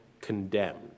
condemned